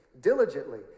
diligently